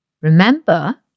Remember